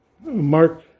Mark